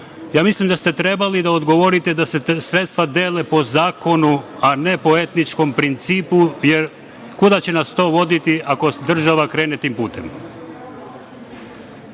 mislim da ste trebali da odgovorite da se sredstva dele po zakonu, a ne po etničkom principu, jer kuda će nas to voditi ako država krene tim putem? Vidim